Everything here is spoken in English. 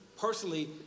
personally